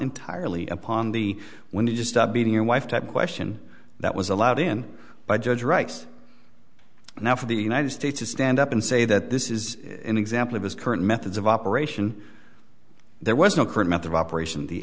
entirely upon the when you just stop beating your wife type question that was allowed in by judge right now for the united states to stand up and say that this is an example of his current methods of operation there was no current method of operation the